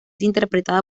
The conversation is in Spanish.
interpretada